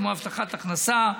כמו הבטחת הכנסה,